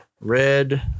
red